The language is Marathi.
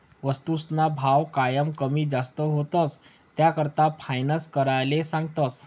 वस्तूसना भाव कायम कमी जास्त व्हतंस, त्याकरता फायनान्स कराले सांगतस